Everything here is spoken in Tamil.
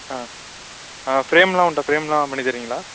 ஆ ஆ ஃபிரேம்லாம் உண்டா ஃபிரேம்லாம் பண்ணித்தருவீங்களா